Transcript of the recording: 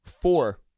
Four